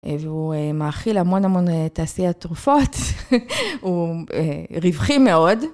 והוא מאכיל המון המון תעשיות תרופות, (צחוק), הוא רווחי מאוד.